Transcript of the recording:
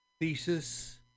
thesis